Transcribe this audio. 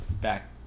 back